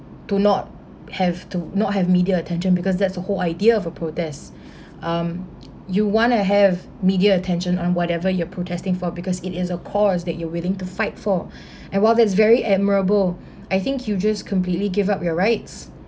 do not have to not have media attention because that's the whole idea of a protest um you want to have media attention on whatever you're protesting for because it is a core's that you're willing to fight for and while that's very admirable I think you just completely give up your rights